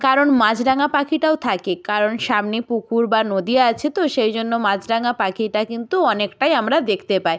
কারণ মাছরাঙা পাখিটাও থাকে কারণ সামনে পুকুর বা নদী আছে তো সেই জন্য মাছরাঙা পাখিটা কিন্তু অনেকটাই আমরা দেখতে পাই